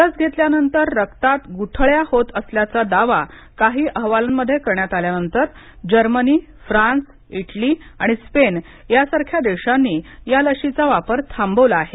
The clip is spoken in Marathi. लस घेतल्यानंतर रक्तात गुठळ्या होत असल्याचा दावा काही अहवालांमध्ये करण्यात आल्यानंतर जर्मनी फ्रान्स इटली आणि स्पेन यासारख्या देशांनी या लशीचा वापर थांबवला आहे